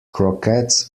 croquettes